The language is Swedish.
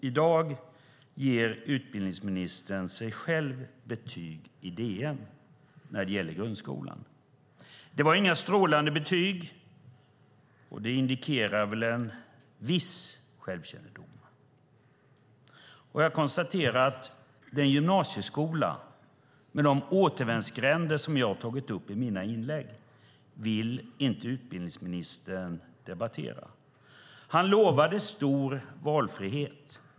I dag ger utbildningsministern sig själv betyg i DN när det gäller grundskolan. Det var inga strålande betyg. Det indikerar en viss självkännedom. Jag konstaterar att utbildningsministern inte vill debattera den gymnasieskola, med återvändsgränder, som jag har tagit upp i mina inlägg. Han lovade stor valfrihet.